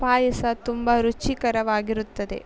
ಪಾಯಸ ತುಂಬ ರುಚಿಕರವಾಗಿರುತ್ತದೆ